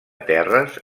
terres